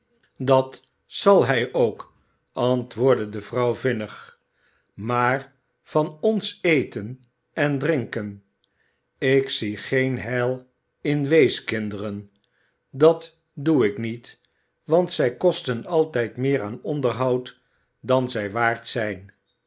dat zal hij ook antwoordde de vrouw vinnig maar van ons eten en drinken ik zie geen heil in weeskinderen dat doe ik niet want zij kosten altijd meer aan onderhoud dan zij waard zijn